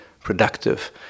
productive